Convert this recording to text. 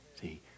See